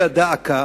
דא עקא,